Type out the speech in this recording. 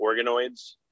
organoids